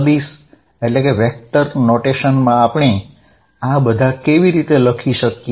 સદિશ નોટેશનમાં આપણે આ બધા કેવી રીતે લખી શકીએ